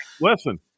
Listen